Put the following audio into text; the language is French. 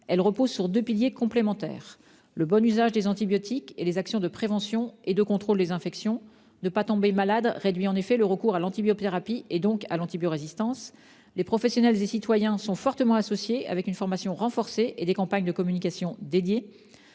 Elle repose sur deux piliers complémentaires : le bon usage des antibiotiques et les actions de prévention et de contrôle des infections. Ne pas tomber malade réduit en effet le recours à l'antibiothérapie et donc l'antibiorésistance. Les professionnels et citoyens y sont fortement associés, par une formation renforcée et des campagnes de communication dédiées.